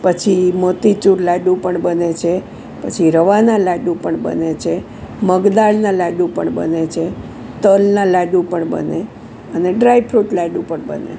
પછી મોતીચૂર લાડુ પણ બને છે પછી રવાના લાડુ પણ બને છે મગદાળના લાડુ પણ બને છે તલના લાડુ પણ બને અને ડ્રાય ફ્રૂટ લાડુ પણ બને